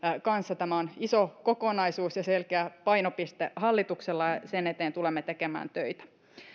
kanssa tämä on iso kokonaisuus ja selkeä painopiste hallituksella sen eteen tulemme tekemään töitä